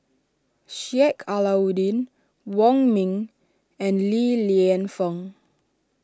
Sheik Alau'ddin Wong Ming and Li Lienfung